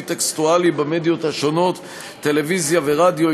טקסטואלי במדיות השונות: טלוויזיה ורדיו,